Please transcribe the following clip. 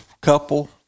couple